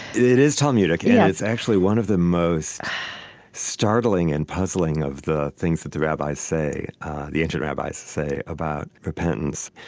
it is talmudic yeah and it's actually one of the most startling and puzzling of the things that the rabbis say the ancient rabbis say about repentance.